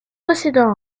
possédant